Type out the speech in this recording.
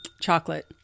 chocolate